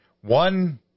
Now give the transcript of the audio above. one